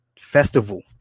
Festival